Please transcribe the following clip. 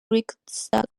riksdag